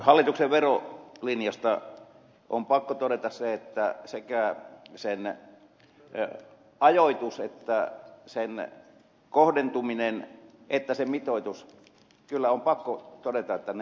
hallituksen verolinjasta on pakko todeta se että sekä sen ajoitus sen kohdentuminen että sen mitoitus kyllä on pakko todeta olivat vääriä